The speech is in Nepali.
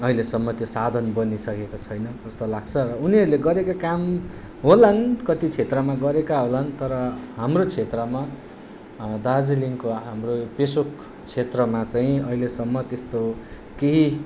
अहिलेसम्म त्यो साधन बनिसकेको छैन जस्तो लाग्छ र उनीहरूले गरेको काम होलान् कति क्षेत्रमा गरेका होलान् तर हाम्रो क्षेत्रमा दार्जिलिङको हाम्रो पेशोक क्षेत्रमा चाहिँ अहिलेसम्म त्यस्तो केही